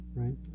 right